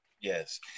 Yes